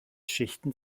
schichten